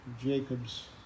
Jacob's